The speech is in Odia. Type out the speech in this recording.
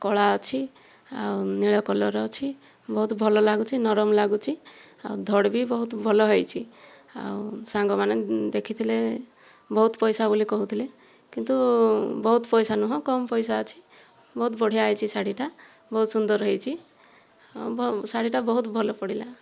କଳା ଅଛି ଆଉ ନୀଳ କଲରର ଅଛି ବହୁତ ଭଲ ଲାଗୁଛି ନରମ ଲାଗୁଛି ଆଉ ଧଡ଼ି ବି ବହୁତ ଭଲ ହୋଇଛି ଆଉ ସାଙ୍ଗମାନେ ଦେଖିଥିଲେ ବହୁତ ପଇସା ବୋଲି କହୁଥିଲେ କିନ୍ତୁ ବହୁତ ପଇସା ନୁହେଁ କମ୍ ପଇସା ଅଛି ବହୁତ ବଢ଼ିଆ ହୋଇଛି ଶାଢ଼ୀଟା ବହୁତ ସୁନ୍ଦର ହୋଇଛି ଶାଢ଼ୀଟା ବହୁତ ଭଲ ପଡ଼ିଲା